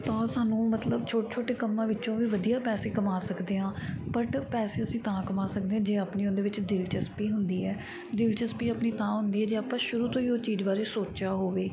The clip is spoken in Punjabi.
ਤਾਂ ਸਾਨੂੰ ਮਤਲਬ ਛੋਟੇ ਛੋਟੇ ਕੰਮਾਂ ਵਿੱਚੋਂ ਵੀ ਵਧੀਆ ਪੈਸੇ ਕਮਾ ਸਕਦੇ ਹਾਂ ਬੱਟ ਪੈਸੇ ਅਸੀਂ ਤਾਂ ਕਮਾ ਸਕਦੇ ਹਾਂ ਜੇ ਆਪਣੀ ਉਹਦੇ ਵਿੱਚ ਦਿਲਚਸਪੀ ਹੁੰਦੀ ਹੈ ਦਿਲਚਸਪੀ ਆਪਣੀ ਤਾਂ ਹੁੰਦੀ ਹੈ ਜੇ ਆਪਾਂ ਸ਼ੁਰੂ ਤੋਂ ਹੀ ਉਹ ਚੀਜ਼ ਬਾਰੇ ਸੋਚਿਆ ਹੋਵੇ